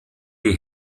die